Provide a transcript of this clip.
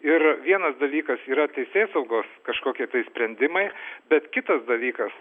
ir vienas dalykas yra teisėsaugos kažkokie tai sprendimai bet kitas dalykas